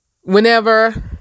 whenever